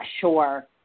sure